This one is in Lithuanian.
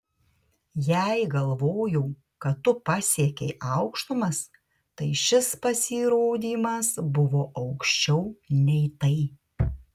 jei galvojau kad tu pasiekei aukštumas tai šis pasirodymas buvo aukščiau nei tai